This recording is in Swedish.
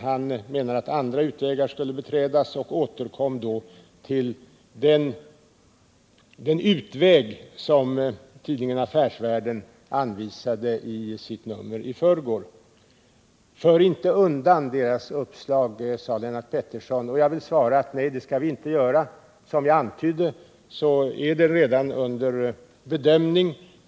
Han menar att andra utvägar skulle övervägas och återkom till den lösning som tidningen Affärsvärlden anvisade i det nummer som kom ut i förrgår. För inte undan deras uppslag, sade Lennart Pettersson. Jag vill svara: Nej, det skall vi inte göra. Som jag antydde är den lösningen redan under bedömning.